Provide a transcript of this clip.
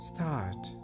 Start